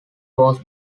was